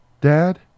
Dad